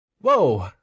Whoa